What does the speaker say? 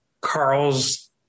Carl's